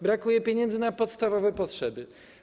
Brakuje pieniędzy na podstawowe potrzeby.